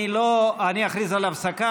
אני אכריז על הפסקה.